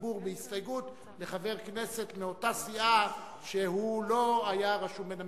הדיבור בהסתייגות לחבר כנסת מאותה סיעה שהוא לא היה רשום בין המסתייגים.